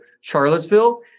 Charlottesville